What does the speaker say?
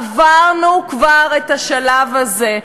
עברנו כבר את השלב הזה.